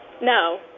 No